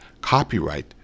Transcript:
Copyright